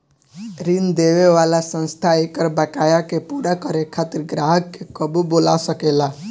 ऋण देवे वाला संस्था एकर बकाया के पूरा करे खातिर ग्राहक के कबो बोला सकेला